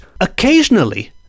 occasionally